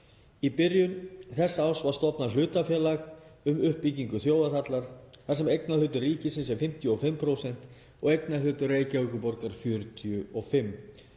Í byrjun þessa árs var stofnað hlutafélag um uppbyggingu þjóðarhallar þar sem eignarhlutur ríkisins er 55% og eignarhlutur Reykjavíkurborgar 45%.